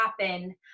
happen